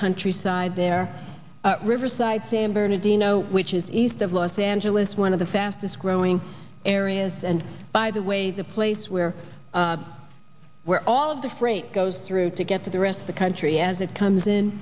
countryside there riverside san bernardino which is east of los angeles one of the fastest growing areas and by the way the place where we're all of the freight goes through to get to the rest of the country as it comes in